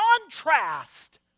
contrast